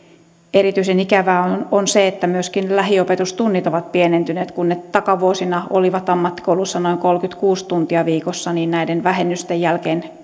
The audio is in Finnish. erityisen ikävää on se että myöskin lähiopetustunnit ovat pienentyneet kun ne takavuosina olivat ammattikoulussa noin kolmekymmentäkuusi tuntia viikossa niin näiden vähennysten jälkeen